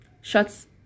shots